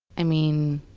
i mean,